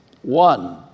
One